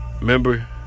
Remember